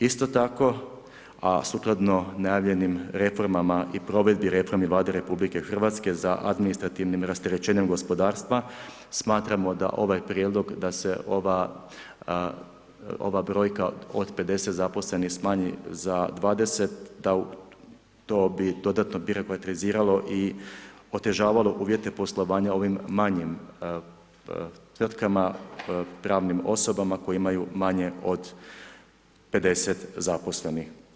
Isto tako, a sukladno najavljenim reformama i provedbi reformi Vlade RH za administrativnim rasterećenjem gospodarstva smatramo da ovaj prijedlog, da se ova, ova brojka od 50 zaposlenih smanji za 20 da u, to bi dodatno birokratiziralo i otežavalo uvjete poslovanja ovim manjim tvrtkama, pravnim osobama koje imaju manje od 50 zaposlenih.